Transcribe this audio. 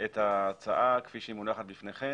את ההצעה, כפי שהיא מונחת בפניכם.